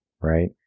right